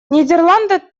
нидерланды